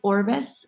Orbis